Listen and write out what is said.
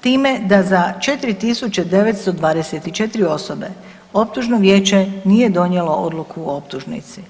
time da za 4.924 osobe optužno vijeće nije donijelo odluku o optužnici.